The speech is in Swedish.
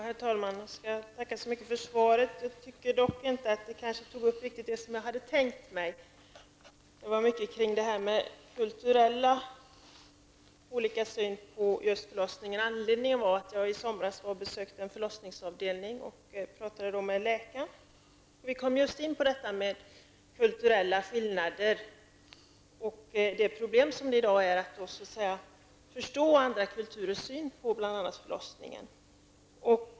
Herr talman! Jag tackar så mycket för svaret. Jag tycker dock inte att det riktigt tog upp den fråga som jag hade tänkt mig. Min fråga gällde just olika kulturell syn på förlossningar. Anledningen till att jag har ställt frågan är att jag i somras besökte en förlossningsavdelning och talade med läkaren där. Vi kom in på frågan om kulturella skillnader. Problemet i dag är förståelsen för andra kulturers syn på förlossningen.